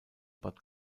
bad